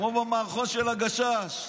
כמו במערכון של הגשש.